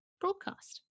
broadcast